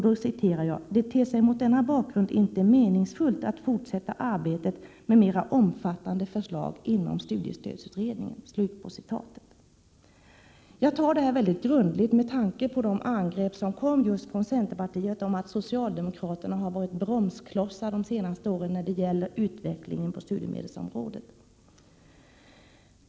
”Det ter sig mot denna bakgrund inte meningsfullt att fortsätta arbetet med mera omfattande förslag inom studiestödsutredningen.” Jag tar detta mycket grundligt med anledning av de angrepp som kom just från centerpartiet, att socialdemokraterna har varit bromsklossar de senaste åren då det gällt utvecklingen på studiemedelsområdet.